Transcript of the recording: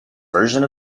version